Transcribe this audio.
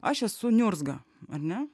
aš esu niurzga ar ne